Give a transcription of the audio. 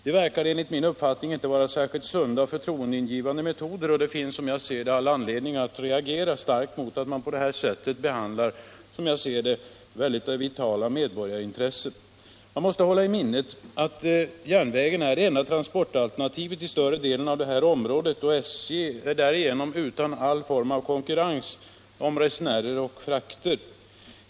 Det verkar enligt min uppfattning inte vara särskilt sunda och förtroendeingivande metoder, och det finns, som jag ser det, all anledning att reagera starkt emot att man på det sättet behandlar vitala medborgarintressen. Man måste hålla i minnet att järnvägen är det enda transportalternativet i större delen av detta område och att SJ därigenom är helt utan all form av konkurrens om resenärer och frakter.